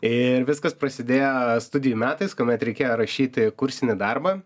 ir viskas prasidėjo studijų metais kuomet reikėjo rašyti kursinį darbą